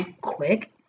quick